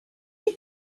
that